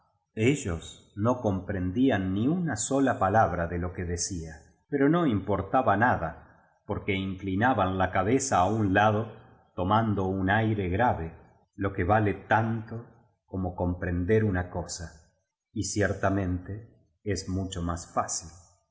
ellos no comprendían ni una sola palabra de lo que decía pero no importaba nada porque inclinaban la cabeza á un lado tomando un aire grave lo que vale tanto como compren der una cosa y ciertamente es mucho más fácil